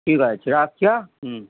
ঠিক আছে রাখছি হ্যাঁ হুম